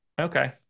Okay